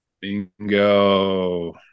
Bingo